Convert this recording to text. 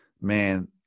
man